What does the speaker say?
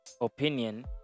opinion